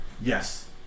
Yes